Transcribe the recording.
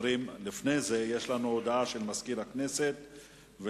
התשס"ט 2009,